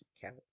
count